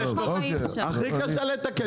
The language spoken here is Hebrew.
הכי קשה לתקן.